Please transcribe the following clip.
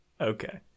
Okay